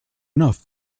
enough